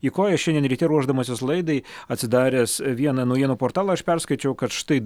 į koją šiandien ryte ruošdamasis laidai atsidaręs vieną naujienų portalą aš perskaičiau kad štai